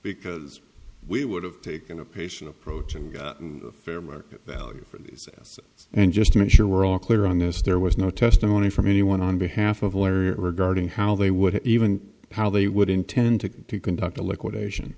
because we would have taken a patient approach and gotten a fair market value for these us and just make sure we're all clear on this there was no testimony from anyone on behalf of regarding how they would even how they would intend to conduct a liquidation